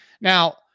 Now